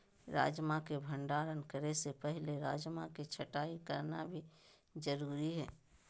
राजमा के भंडारण करे से पहले राजमा के छँटाई करना भी जरुरी हय